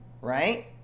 Right